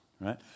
right